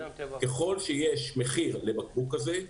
ככל שיש מחיר לבקבוק כזה,